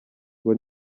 ngo